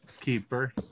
Keeper